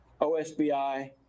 OSBI